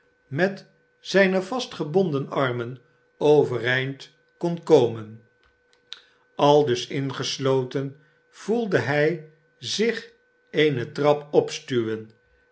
met zijne vastgebonden armen overeind kon komen aldus ingesloten voelde hij zich eene trap opstuwen